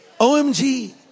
OMG